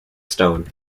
stone